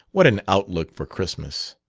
what an outlook for christmas!